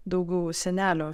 daugiau senelio